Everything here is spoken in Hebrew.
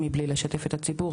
בלי לשתף את הציבור,